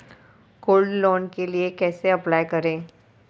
Gold loan के लिए कैसे अप्लाई करें?